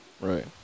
Right